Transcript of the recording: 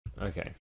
Okay